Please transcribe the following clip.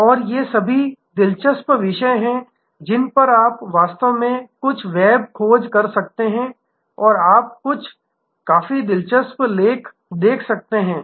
और ये सभी दिलचस्प विषय हैं जिन पर आप वास्तव में कुछ वेब खोज कर सकते हैं और आप कुछ काफी दिलचस्प लेख देख सकते हैं